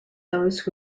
those